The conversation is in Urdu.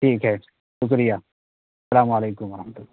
ٹھیک ہے شکریہ السّلام علیکم و رحمۃ اللہ